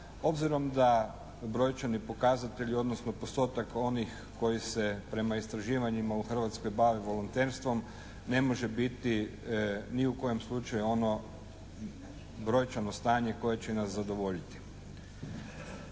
obzirom da brojčani pokazatelji odnosno postotak onih koji se prema istraživanjima u Hrvatskoj bave volonterstvom ne može biti ni u kojem slučaju ono brojčano stanje koje će nas zadovoljiti.